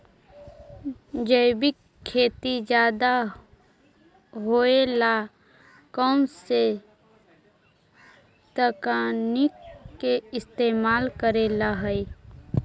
जैविक खेती ज्यादा होये ला कौन से तकनीक के इस्तेमाल करेला हई?